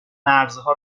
مرزها